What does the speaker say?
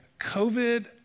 COVID